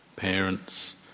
parents